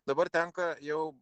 dabar tenka jau